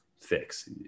fix